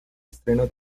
estreno